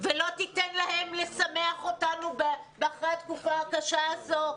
לא תיתן להם לשמח אותנו אחרי התקופה הקשה הזאת?